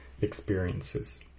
experiences